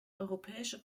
europäische